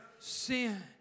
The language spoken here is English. sin